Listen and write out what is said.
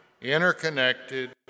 interconnected